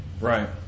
Right